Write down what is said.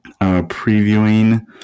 previewing